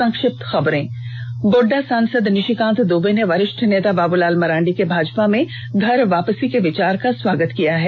संक्षिप्त खबरें गोड्डा सांसद निषिकांत दुबे ने वरिष्ठ नेता बाबुलाल मरांडी के भाजपा में घर वापसी के विचार का स्वागत किया है